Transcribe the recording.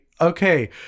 okay